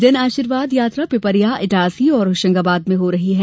जनआशीर्वाद यात्रा पिपरिया इटारसी और होशंगाबाद में हो रही है